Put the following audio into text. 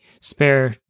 spare